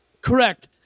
correct